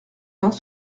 uns